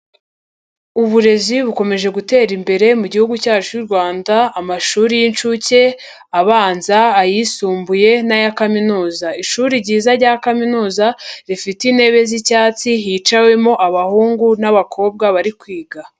Uburezi bukomeje gutera imbere mu gihugu cyacu cy'u Rwanda, amashuri y'inshuke, abanza, ayisumbuye n'aya kaminuza. Ishuri ryiza rya kaminuza rifite intebe z'icyatsi hicawemo abahungu n'abakobwa bari kwiga.